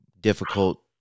difficult